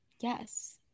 Yes